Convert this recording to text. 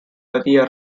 badia